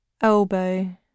elbow